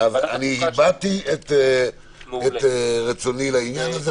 אני הבעתי את רצוני לעניין הזה,